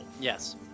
Yes